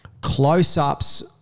Close-ups